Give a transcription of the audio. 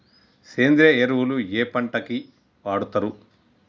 సేంద్రీయ ఎరువులు ఏ పంట కి వాడుతరు?